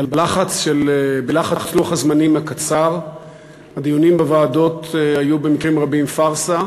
בלחץ לוח הזמנים הקצר הדיונים בוועדות היו במקרים רבים פארסה,